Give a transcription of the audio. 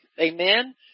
Amen